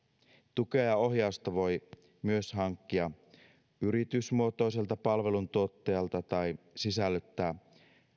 tukea ja ohjausta voi myös hankkia yritysmuotoiselta palveluntuottajalta tai sisällyttää